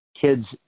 kids